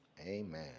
Amen